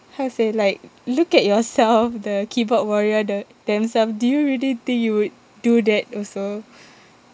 how to say like look at yourself the keyboard warrior the~ themselves do you really think you would do that also